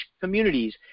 communities